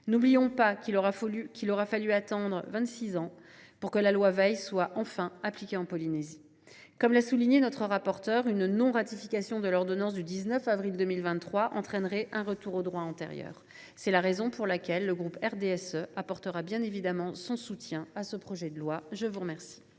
N’oublions pas qu’il aura fallu attendre vingt six ans pour que la loi Veil soit appliquée en Polynésie française. Comme l’a souligné Mme la rapporteure, l’absence de ratification de l’ordonnance du 19 avril 2023 entraînerait un retour au droit antérieur. C’est la raison pour laquelle le groupe du RDSE apportera bien évidemment son soutien à ce projet de loi. La parole